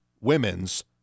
women's